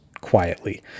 quietly